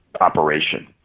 operation